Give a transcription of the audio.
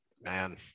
man